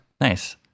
nice